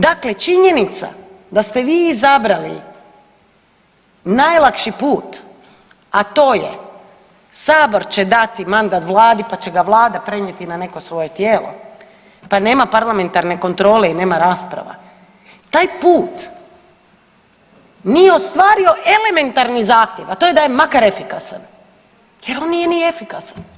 Dakle, činjenica da ste vi izabrali najlakši put, a to je Sabor će dati mandat Vladi pa će ga Vlada prenijeti na neko svoje tijelo, pa nema parlamentarne kontrole i nema rasprava taj put nije ostvario elementarni zahtjev, a to je makar efikasan jer on nije ni efikasan.